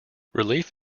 relief